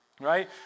right